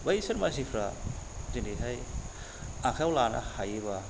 बैसोर मानसिफ्रा दिनैहाय आखायाव लानो हायोबा